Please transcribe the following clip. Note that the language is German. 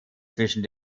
zwischen